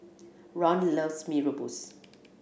Ron loves Mee Rebus